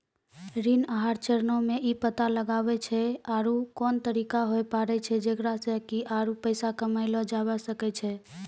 ऋण आहार चरणो मे इ पता लगाबै छै आरु कोन तरिका होय पाड़ै छै जेकरा से कि आरु पैसा कमयलो जाबै सकै छै